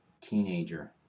teenager